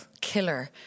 killer